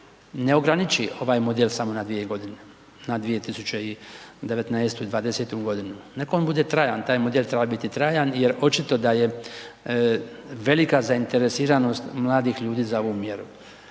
ne ograniči ovaj model samo na 2 g., na 2019. i 2020. g., neka on bude trajan, taj model treba biti trajan jer očito da je velika zainteresiranost mladih ljudi za ovu mjeru.